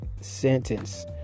sentence